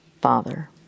father